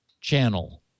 channel